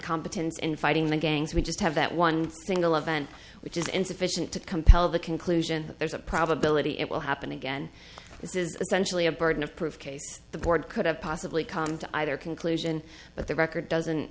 competence in fighting the gangs we just have that one single event which is insufficient to compel the conclusion that there's a probability it will happen again this is essentially a burden of proof case the board could have possibly come to either conclusion but the record doesn't